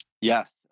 yes